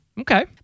Okay